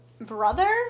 brother